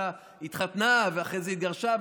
התחתנה ואחרי זה התגרשה,